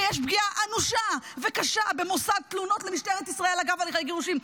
ויש פגיעה אנושה וקשה במושג תלונות למשטרת ישראל אגב הליכי גירושים,